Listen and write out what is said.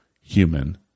human